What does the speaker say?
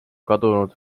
kadunud